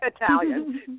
Italian